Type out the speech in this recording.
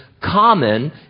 common